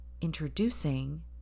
introducing